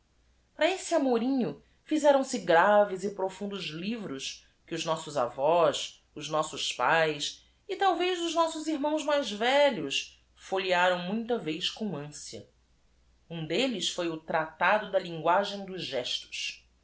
ara esse amorinho fizeram-se graves e profundos livros que os nossos avós os nossos paes e t a l vez os nossos irmãos mais velhos folhearam m u i t a vez com anciã m delles f o i o tractado da linguagem dos gestos